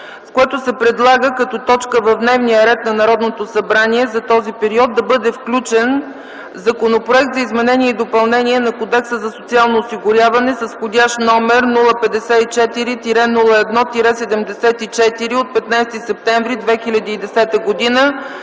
в което се предлага като точка в дневния ред на Народното събрание за този период да бъде включен Законопроектът за изменение и допълнение на Кодекса за социално осигуряване, вх. № 054-01-74 от 15 септември 2010 г.,